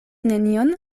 nenion